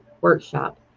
workshop